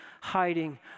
hiding